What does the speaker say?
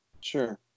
Sure